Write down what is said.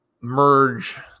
merge